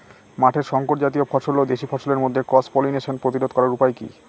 মাঠের শংকর জাতীয় ফসল ও দেশি ফসলের মধ্যে ক্রস পলিনেশন প্রতিরোধ করার উপায় কি?